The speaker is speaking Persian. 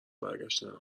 برگشتن